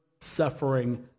suffering